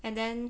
and then